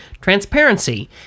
transparency